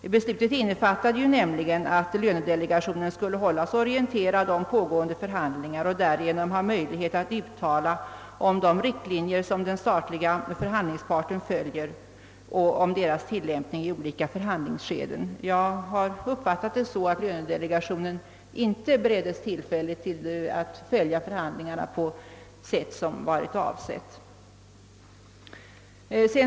Det beslutet inne fattade ju att lönedelegationen skulle hållas orienterad om pågående förhandlingar och därigenom ha möjlighet att uttala sig om de riktlinjer som den statliga förhandlingsparten följer samt deras tillämpning i olika förhandlingsskeden, Jag har uppfattat det så, att lönedelegationen inte beretts tillfälle att följa förhandlingarna på det sätt som avsågs.